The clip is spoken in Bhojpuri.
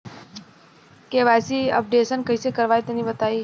हम के.वाइ.सी अपडेशन कइसे करवाई तनि बताई?